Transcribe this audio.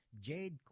jade